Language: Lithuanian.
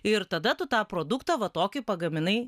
ir tada tu tą produktą va tokį pagaminai